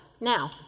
Now